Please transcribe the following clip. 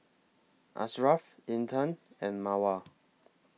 Ashraf Intan and Mawar